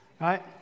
right